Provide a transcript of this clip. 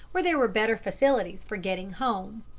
where there were better facilities for getting home.